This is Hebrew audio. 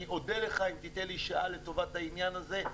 אני אודה לך אם תיתן לי שעה לטובת העניין הזה,